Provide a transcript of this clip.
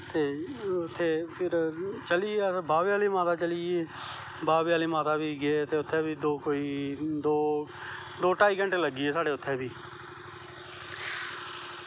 ते फिर उत्थें बाह्वे आह्ली माता चली गे अस बाह्वे आह्ली माता बी गे ते उत्थें बी कोई दो डो ढाई घैंटे लग्गे गे साढ़े उत्थें बी